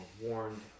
warned